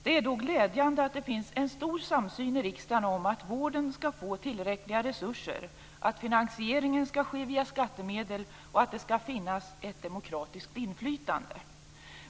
Det är då glädjande att det finns en stor samsyn i riksdagen om att vården skall få tillräckliga resurser, att finansieringen skall ske via skattemedel och att det skall finnas ett demokratiskt inflytande.